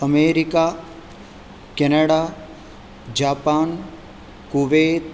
America Canada Japan Kuwait